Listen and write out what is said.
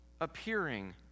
appearing